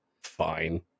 fine